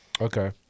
Okay